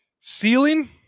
Ceiling